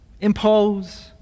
impose